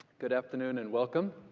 good afternoon and welcome.